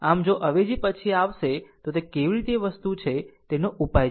આમ જો અવેજી પછી આવશે તો તે કેવી રીતે વસ્તુ છે તેનો ઉપાય જોશે પરંતુ આ સમીકરણ છે